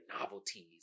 novelties